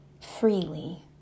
freely